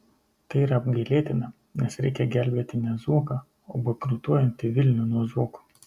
tai yra apgailėtina nes reikia gelbėti ne zuoką o bankrutuojantį vilnių nuo zuoko